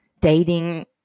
dating